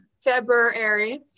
February